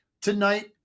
tonight